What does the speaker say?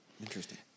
Interesting